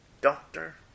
doctor